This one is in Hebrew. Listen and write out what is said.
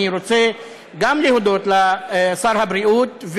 אני רוצה להודות לשר הבריאות,